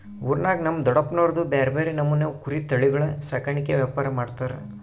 ಊರಾಗ ನಮ್ ದೊಡಪ್ನೋರ್ದು ಬ್ಯಾರೆ ಬ್ಯಾರೆ ನಮೂನೆವು ಕುರಿ ತಳಿಗುಳ ಸಾಕಾಣಿಕೆ ವ್ಯಾಪಾರ ಮಾಡ್ತಾರ